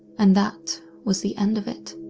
and that was the end of it.